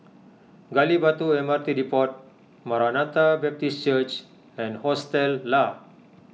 Gali Batu M R T Depot Maranatha Baptist Church and Hostel Lah